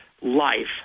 life